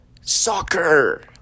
Soccer